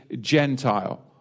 gentile